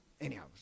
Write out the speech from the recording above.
anyhow